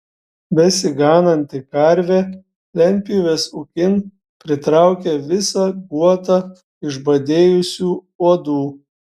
besigananti karvė lentpjūvės ūkin pritraukė visą guotą išbadėjusių uodų